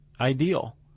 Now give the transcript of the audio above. Ideal